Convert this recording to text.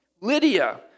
Lydia